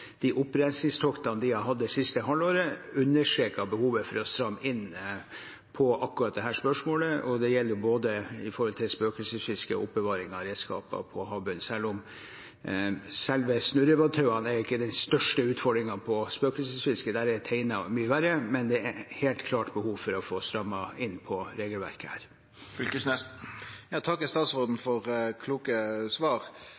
de har hatt det siste halvåret, understreker behovet for å stramme inn på akkurat dette. Det gjelder både spøkelsesfiske og oppbevaring av redskaper på havbunnen, selv om selve snurrevadtauene ikke er den største utfordringen når det gjelder spøkelsesfiske, der er teiner mye verre. Men det er helt klart behov for å få strammet inn på regelverket her. Eg takkar statsråden for kloke svar.